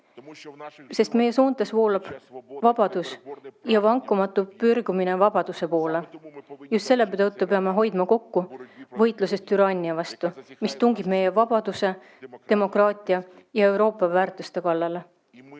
sest meie soontes voolab vabadus ja vankumatu pürgimine vabaduse poole. Just selle tõttu peame hoidma kokku võitluses türannia vastu, mis tungib meie vabaduse, demokraatia ja Euroopa väärtuste kallale.